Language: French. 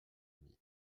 ami